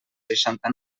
seixanta